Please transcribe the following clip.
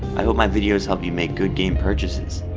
i hope my videos help you make good game purchases.